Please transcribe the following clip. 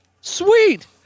sweet